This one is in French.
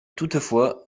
toutefois